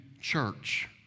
church